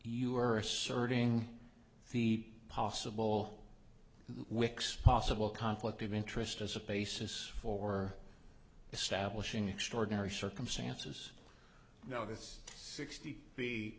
you are asserting the possible wix possible conflict of interest as a basis for establishing extraordinary circumstances now this sixty